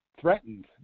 threatened